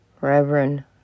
Reverend